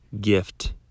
gift